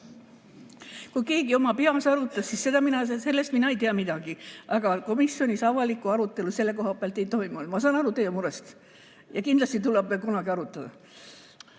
Kui keegi oma peas arutas, siis sellest mina ei tea midagi, aga komisjonis avalikku arutelu selle koha pealt ei toimunud. Ma saan aru teie murest. Ja kindlasti tuleb veel kunagi arutada.